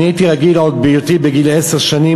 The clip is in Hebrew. אני הייתי רגיל עוד בהיותי בגיל עשר שנים